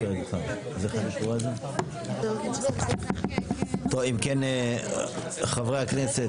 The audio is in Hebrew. טוב, אם כן, חברי הכנסת,